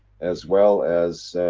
as well as.